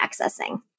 accessing